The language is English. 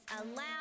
Allow